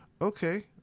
Okay